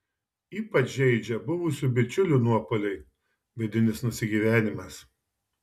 ypač žeidžia buvusių bičiulių nuopuoliai vidinis nusigyvenimas